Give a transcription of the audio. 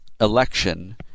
Election